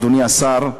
אדוני השר: